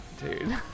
Dude